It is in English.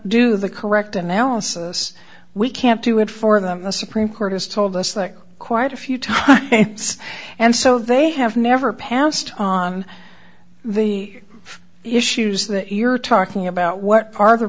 do the correct analysis we can't do it for them the supreme court has told us that quite a few times and so they have never passed on the issues that you're talking about what ar